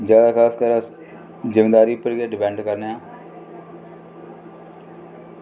जादै खासकर अस जमींदारी पर गै डिपैंड करने आं